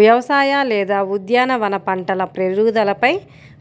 వ్యవసాయ లేదా ఉద్యానవన పంటల పెరుగుదలపై